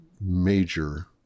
major